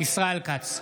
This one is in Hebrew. ישראל כץ,